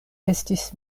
estis